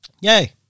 Yay